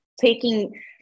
taking